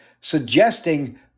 suggesting